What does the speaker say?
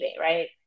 right